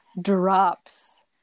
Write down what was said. drops